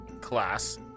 class